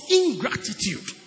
ingratitude